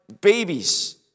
babies